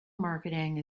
marketing